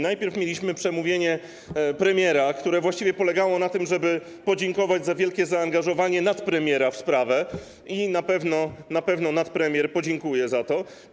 Najpierw mieliśmy przemówienie premiera, które właściwie polegało na tym, żeby podziękować za wielkie zaangażowanie nadpremiera w sprawę i na pewno nadpremier podziękuje za to.